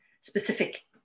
specific